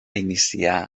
iniciar